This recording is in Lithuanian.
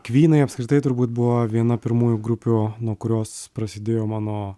kvynai apskritai turbūt buvo viena pirmųjų grupių nuo kurios prasidėjo mano